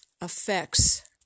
affects